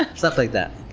and stuff like that.